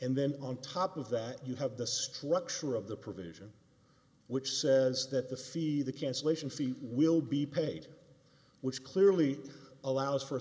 and then on top of that you have the structure of the provision which says that the see the cancellation fee will be paid which clearly allows for a